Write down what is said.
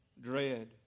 dread